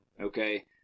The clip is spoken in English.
Okay